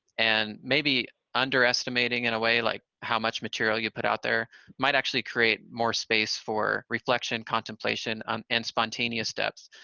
and maybe under estimating in a way like how much material you put out there might actually create more space for reflection, contemplation, um and spontaneous depths.